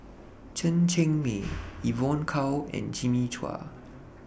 Chen Cheng Mei Evon Kow and Jimmy Chua